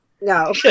No